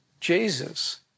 Jesus